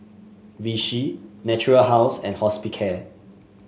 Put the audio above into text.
Vichy Natura House and Hospicare